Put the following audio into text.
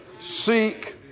Seek